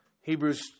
Hebrews